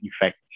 effect